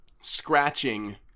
Scratching